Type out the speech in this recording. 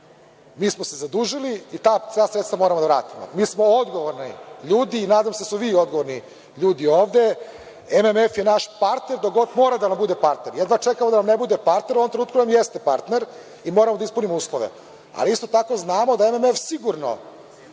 Mi smo se zadužili i ta sredstva moramo da vratimo. Mi smo odgovorni ljudi i nadam se da ste vi odgovorni ljudi ovde. Međunarodni monetarni fond je naš partner dok god mora da nam bude partner. Jedva čekamo da nam ne bude partner, a u ovom trenutku nam jeste partner i moramo da ispunimo uslove. Ali, isto tako znamo da MMF sigurno